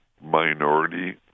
minority